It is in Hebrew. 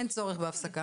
אין צורך בהפסקה.